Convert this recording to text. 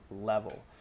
level